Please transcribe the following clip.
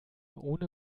ohne